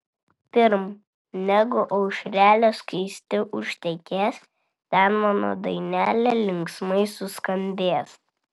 pirm negu aušrelė skaisti užtekės ten mano dainelė linksmai suskambės